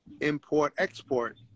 import-export